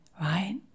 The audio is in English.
right